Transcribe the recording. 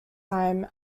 hymn